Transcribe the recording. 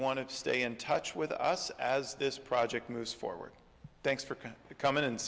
want to stay in touch with us as this project moves forward thanks for coming in